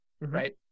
right